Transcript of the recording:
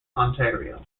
ontario